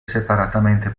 separatamente